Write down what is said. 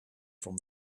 from